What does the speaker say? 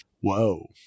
Whoa